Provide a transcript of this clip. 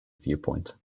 viewpoint